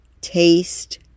Taste